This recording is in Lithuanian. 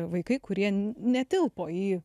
vaikai kurie netilpo į